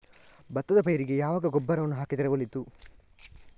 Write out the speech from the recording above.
ಭತ್ತದ ಪೈರಿಗೆ ಯಾವಾಗ ಗೊಬ್ಬರವನ್ನು ಹಾಕಿದರೆ ಒಳಿತು?